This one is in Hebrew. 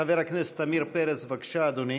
חבר הכנסת עמיר פרץ, בבקשה, אדוני,